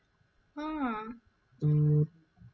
oh